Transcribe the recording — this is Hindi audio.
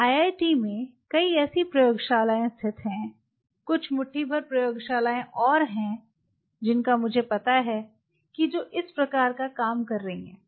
आईआईटी में कई ऐसी प्रयोगशालाएं स्थित हैं कुछ मुट्ठी भर प्रयोगशालाएं और हैं जिनका मुझे पता है कि जो इस प्रकार का काम कर रही हैं